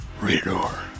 Radar